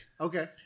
Okay